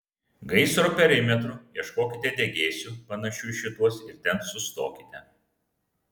gaisro perimetru ieškokite degėsių panašių į šituos ir ten sustokite